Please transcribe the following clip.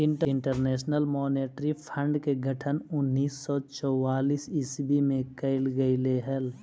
international monetary fund के गठन उन्नीस सौ चौवालीस ईस्वी में कैल गेले हलइ